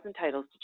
titles